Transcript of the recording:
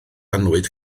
annwyd